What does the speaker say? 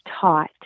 taught